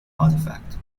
artifact